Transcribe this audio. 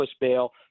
bail